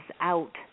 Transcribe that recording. out